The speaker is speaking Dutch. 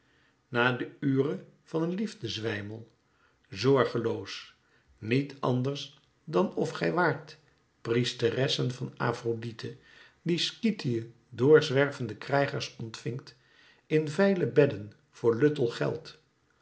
na de ure van liefdezwijmel zorgeloos niet anders dan of gij waart priesteressen van afrodite die skythië door zwervende krijgers ontvingt in veile bedden voor luttel geld